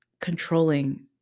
controlling